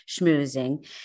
schmoozing